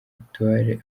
victor